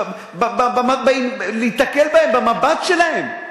במבט שלהם.